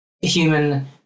human